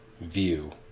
view